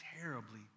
terribly